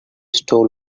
stole